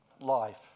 life